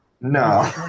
No